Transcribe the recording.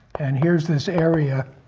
and here's this area.